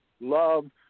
love